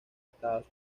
estados